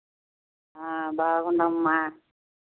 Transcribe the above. బాగున్నాం అమ్మ